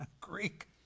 Greek